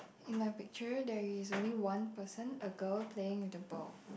in my picture there is only one person a girl playing with the ball